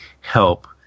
help